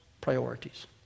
priorities